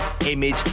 image